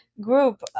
group